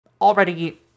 already